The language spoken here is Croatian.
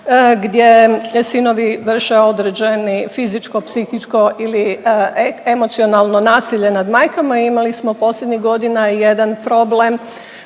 gdje sinovi vrše određeni fizičko, psihičko ili emocionalno nasilje nad majkama. Imali smo posljednjih godina i jedan problem